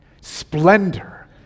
splendor